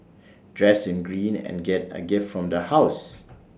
dress in green and get A gift from the house